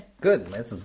Good